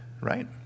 right